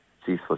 ceaseless